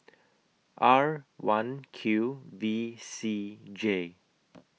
R one Q V C J